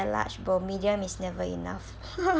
the large bowl medium is never enough